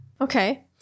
Okay